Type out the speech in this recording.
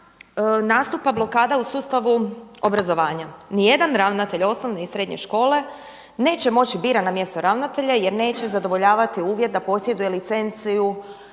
nastupa blokada u sustavu obrazovanja. Nijedan ravnatelj osnovne i srednje škole neće moći biti biran na mjesto ravnatelja jer neće zadovoljavati uvjet da posjeduje licenciju